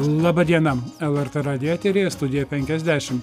laba diena lrt radijo eteryje studija penkiasdešimt